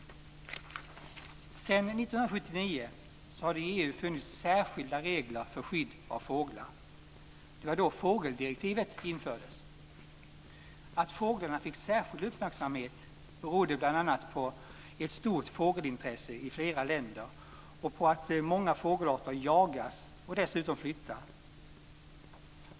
Sedan 1979 har det i EU funnits särskilda regler för skydd av fåglar. Det var då fågeldirektivet infördes. Att fåglarna fick särskild uppmärksamhet berodde bl.a. på ett stort fågelintresse i flera länder och på att många fågelarter jagas och dessutom flyttar.